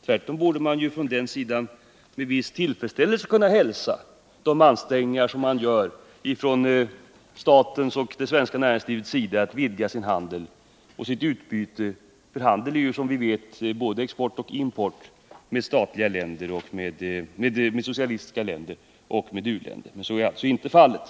Tvärtom borde man ju från den sidan med viss tillfredsställelse kunna hälsa de ansträngningar som görs av staten och det svenska näringslivet för att vidga handel och ekonomiskt utbyte — för handel är som vi vet både export och import — med socialistiska länder och u-länder. Men så är alltså inte fallet.